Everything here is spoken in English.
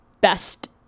best